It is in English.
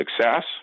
success